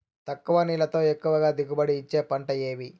తక్కువ నీళ్లతో ఎక్కువగా దిగుబడి ఇచ్చే పంటలు ఏవి?